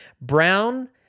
Brown